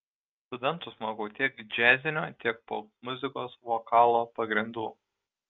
studentus mokau tiek džiazinio tiek popmuzikos vokalo pagrindų